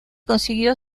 consiguió